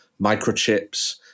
microchips